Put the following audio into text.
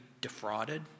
defrauded